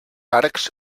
arcs